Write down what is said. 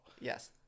Yes